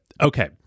Okay